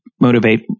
motivate